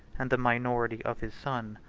and the minority of his son.